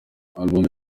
alubumu